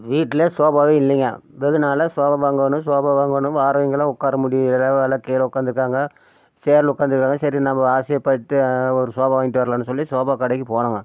வீட்டில் சோபாவே இல்லைங்க வெகு நாளாக சோபா வாங்கணும் சோபா வாங்கணும் வாராவைங்கலாம் உட்கார முடியலை எல்லா கீழே உட்காந்துருக்காங்க ச்சேர்ல உட்காந்துருக்காங்க சரி நம்ம ஆசைப்பட்டு ஒரு சோபா வாங்கிட்டு வரலான்னு சொல்லி சோபா கடைக்கு போனோங்க